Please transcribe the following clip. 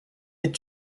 est